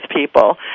people